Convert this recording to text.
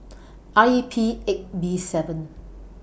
R E P eight B seven